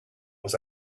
was